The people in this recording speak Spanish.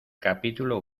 capítulo